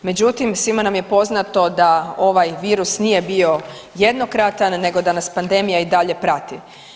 Međutim, svima nam je poznato da ovaj virus nije bio jednokratan nego da nas pandemija i dalje prati.